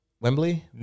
Wembley